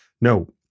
no